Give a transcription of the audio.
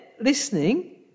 listening